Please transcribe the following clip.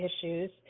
issues